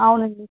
అవునండి